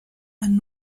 and